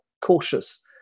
cautious